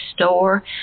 store